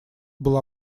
был